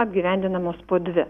apgyvendinamos po dvi